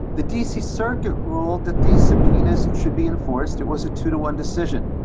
the d c. circuit ruled that these subpoenas should be enforced. it was a two to one decision.